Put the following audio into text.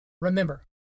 Remember